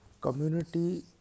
Community